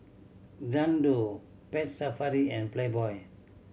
Xndo Pet Safari and Playboy